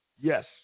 yes